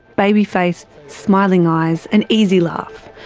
baby-faced, smiling eyes, an easy laugh.